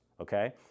okay